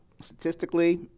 statistically